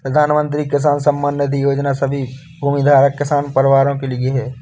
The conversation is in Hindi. प्रधानमंत्री किसान सम्मान निधि योजना सभी भूमिधारक किसान परिवारों के लिए है